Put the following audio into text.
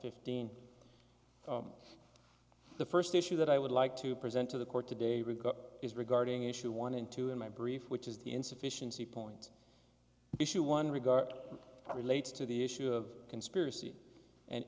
fifteen the first issue that i would like to present to the court today regard is regarding issue one and two in my brief which is the insufficiency point issue one regard relates to the issue of conspiracy an